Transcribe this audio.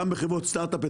גם בחברות סטארט-אפ.